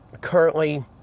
Currently